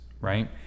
right